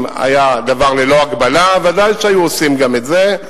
אם היה הדבר ללא הגבלה ודאי שהיו עושים גם את זה.